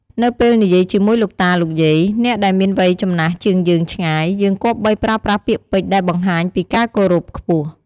នៅពេលនិយាយជាមួយលោកតា លោកយាយ ដែលជាអ្នកមានវ័យចំណាស់ជាងយើងឆ្ងាយ យើងគប្បីប្រើប្រាស់ពាក្យពេចន៍ដែលបង្ហាញពីការគោរពខ្ពស់។